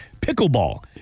pickleball